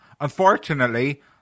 Unfortunately